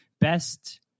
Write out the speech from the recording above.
best